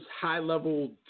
high-level